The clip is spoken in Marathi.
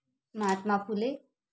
महात्मा फुले